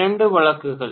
இரண்டு வழக்குகள்